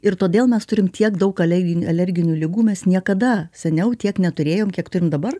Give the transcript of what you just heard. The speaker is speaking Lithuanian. ir todėl mes turim tiek daug alergi alerginių ligų mes niekada seniau tiek neturėjom kiek turim dabar